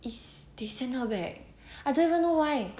it's they send her back I don't even know why